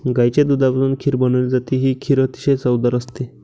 गाईच्या दुधापासून खीर बनवली जाते, ही खीर अतिशय चवदार असते